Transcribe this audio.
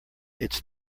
its